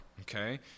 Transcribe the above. Okay